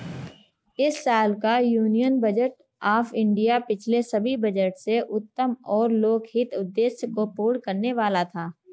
इस साल का यूनियन बजट ऑफ़ इंडिया पिछले सभी बजट से उत्तम और लोकहित उद्देश्य को पूर्ण करने वाला था